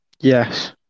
Yes